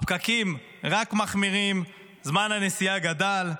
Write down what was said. הפקקים רק מחמירים, זמן הנסיעה גדל,